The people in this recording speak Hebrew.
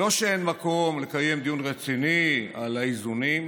לא שאין מקום לקיים דיון רציני על האיזונים,